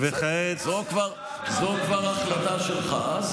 לא בעניין הזה, זו כבר החלטה שלך.